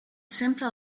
sempre